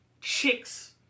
chicks